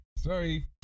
Sorry